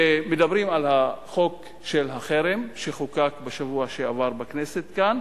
שמדבר על החוק של החרם שחוקק בשבוע שעבר בכנסת כאן.